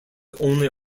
only